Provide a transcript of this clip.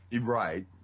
Right